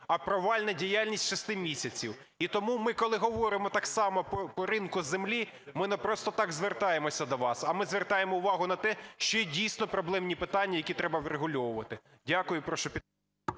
а провальна діяльність шести місяців. І тому ми, коли говоримо так само по ринку землі, ми не просто так звертаємося до вас, а ми звертаємо увагу на те, що, дійсно, проблемні питання, які треба врегульовувати. Дякую.